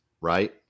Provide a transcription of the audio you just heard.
right